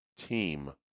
Team